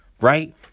Right